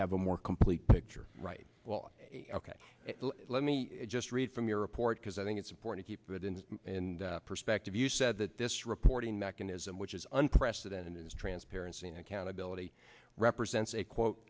have a more complete picture right well ok let me just read from your report because i think it's important keep that in perspective you said that this reporting mechanism which is unprecedented is transparency and accountability represents a quote